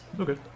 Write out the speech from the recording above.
Okay